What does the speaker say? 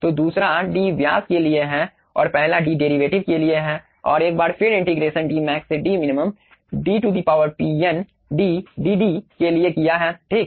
तो दूसरा d व्यास के लिए है और पहला d डेरीवेटिव के लिए है और एक बार फिर इंटीग्रेशन dmax से dmin dp n dd के लिए किया है ठीक